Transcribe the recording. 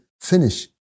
finish